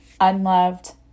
unloved